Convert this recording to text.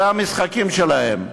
זה המשחקים שלהם.